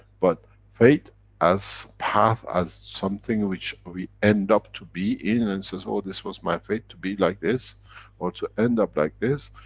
but fate as path as something which we end up to be in and says, oh this was my fate to be like this or to end up like this.